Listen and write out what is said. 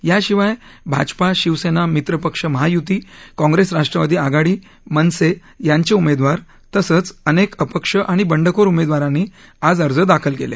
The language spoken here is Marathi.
याशिवाय भाजपा शिवसेना मित्रपक्ष महायुती काँग्रेस राष्ट्रवादी आघाडी मनसे यांचे उमेदवार तसंच अनेक अपक्ष आणि बंडखोर उमेदवारांनी आज अर्ज दाखल केले